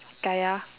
kaya